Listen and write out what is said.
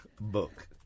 book